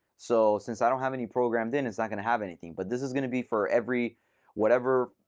so since i don't have any programmed in, it's not going to have anything. but this is going to be for every whatever